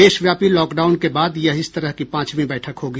देशव्यापी लॉकडाउन के बाद यह इस तरह की पांचवीं बैठक होगी